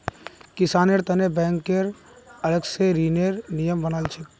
किसानेर तने बैंकक अलग स ऋनेर नियम बना छेक